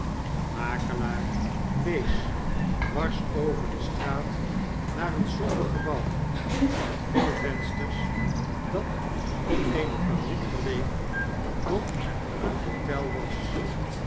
de makelaar wees dwars over de straat naar een somber gebouw met veel vensters dat op eene fabriek geleek doch een hotel was